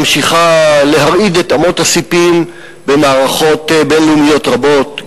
ממשיכה להרעיד את אמות הספים במערכות בין-לאומיות רבות,